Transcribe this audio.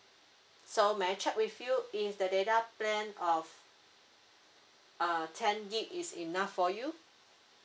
so may I check with you if the data plan of uh ten gb is enough for you